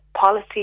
policy